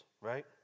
right